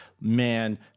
Man